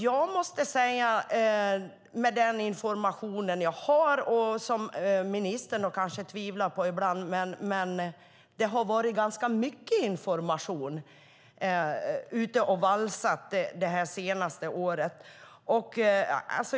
Jag måste säga något med den information jag har och som ministern kanske tvivlar på ibland. Det har valsat runt ganska mycket information det senaste året.